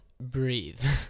breathe